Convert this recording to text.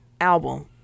album